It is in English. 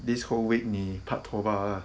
whole week 你 pak tor bah